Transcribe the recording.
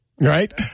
Right